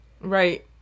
Right